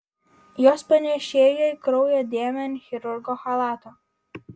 jos panėšėjo į kraujo dėmę ant chirurgo chalato